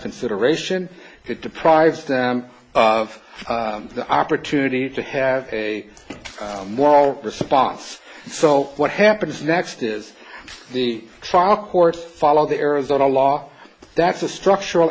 consideration it deprives them of the opportunity to have a moral response so what happens next is the trial court follow the arizona law that's a structural